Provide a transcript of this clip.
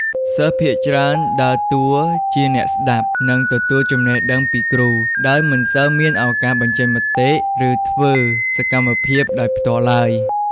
សិស្សភាគច្រើនដើរតួជាអ្នកស្តាប់ និងទទួលចំណេះដឹងពីគ្រូ ដោយមិនសូវមានឱកាសបញ្ចេញមតិ ឬធ្វើសកម្មភាពដោយផ្ទាល់ឡើយ។